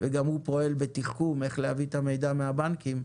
וגם הוא פועל בתיחכום איך להביא את המידע מהבנקים,